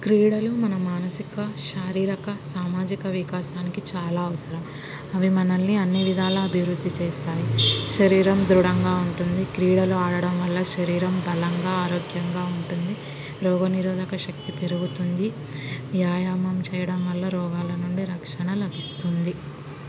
క్రీడలు మన మానసిక శారీరక సామాజిక వికాసానికి చాలా అవసరం అవి మనల్ని అన్ని విధాలు అభివృద్ధి చేస్తాయి శరీరం దృఢంగా ఉంటుంది క్రీడలు ఆడడం వల్ల శరీరం బలంగా ఆరోగ్యంగా ఉంటుంది రోగనిరోధక శక్తి పెరుగుతుంది వ్యాయామం చెయ్యడం వల్ల రోగాల నుండి రక్షణ లభిస్తుంది